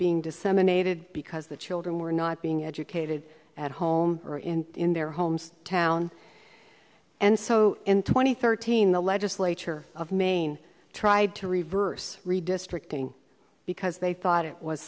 being disseminated because the children were not being educated at home or in in their homes town and so in two thousand and thirteen the legislature of maine tried to reverse redistricting because they thought it was